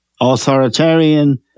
authoritarian